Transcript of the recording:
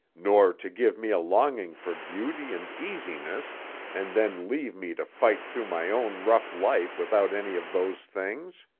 nor to give me a longing for beauty and easiness and then leave me to fight through my own rough life without any of those things.